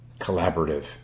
collaborative